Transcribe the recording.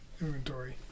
inventory